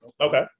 Okay